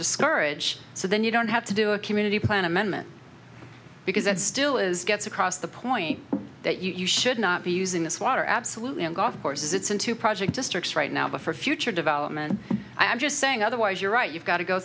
discourage so then you don't have to do a community plan amendment because it still is gets across the point that you should not be using this water absolutely in golf courses it's in to project districts right now but for future development i'm just saying otherwise you're right you've got to go